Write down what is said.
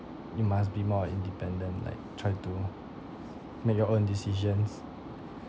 you must be more independent like try to make your own decisions